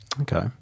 Okay